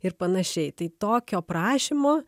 ir panašiai tai tokio prašymo